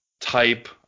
type